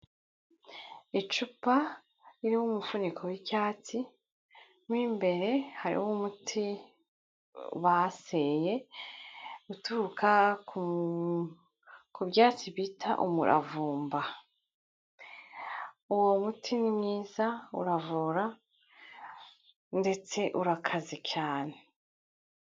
Icupa ririho umufuniko w'icyatsi, mu imbere harimo umuti baseye uturuka ku byatsi bita umuravumba. Uwo muti ni mwiza uravura ndetse urakaze cyane.